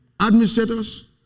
administrators